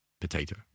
potato